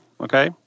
Okay